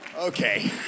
okay